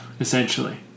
Essentially